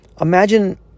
Imagine